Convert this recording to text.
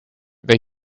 they